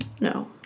No